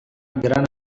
gran